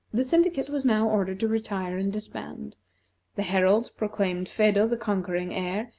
the syndicate was now ordered to retire and disband the heralds proclaimed phedo the conquering heir,